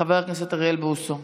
חבר הכנסת אריאל בוסו.